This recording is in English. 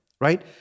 right